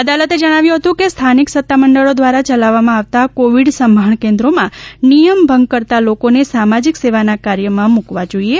અદાલતે જણાવ્યું હતું કે સ્થાનિક સત્તામંડળો દ્વારા ચલાવવામાં આવતા કોવિડ સંભાળ કેન્દ્રો માં નિયમ ભંગ કરતાં લોકોને સામાજિક સેવાના કાર્યમાં મૂકવા જોઈએ